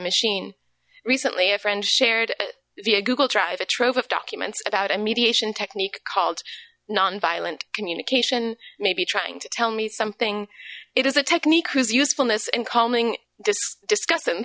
machine recently a friend shared via google drive a trove of documents about a mediation technique called nonviolent communication maybe trying to tell me something it is a technique whose usefulness in calming this discuss